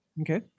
Okay